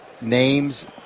names